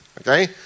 okay